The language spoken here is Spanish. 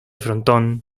frontón